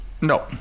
No